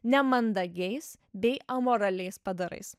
nemandagiais bei amoraliais padarais